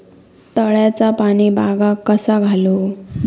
तळ्याचा पाणी बागाक कसा घालू?